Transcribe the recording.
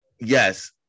Yes